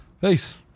peace